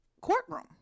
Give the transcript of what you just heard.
courtroom